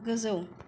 गोजौ